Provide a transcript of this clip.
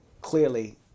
clearly